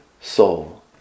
soul